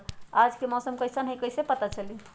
आज के मौसम कईसन हैं कईसे पता चली?